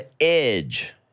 edge